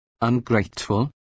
ungrateful